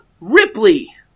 Ripley